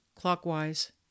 clockwise